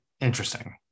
Interesting